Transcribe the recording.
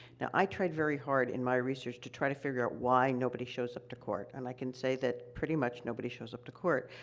now, i tried very hard, in my research, to try to figure out why nobody shows up to court, and i can say that, pretty much, nobody shows up to court.